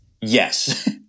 yes